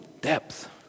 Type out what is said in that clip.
depth